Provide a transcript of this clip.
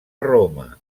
roma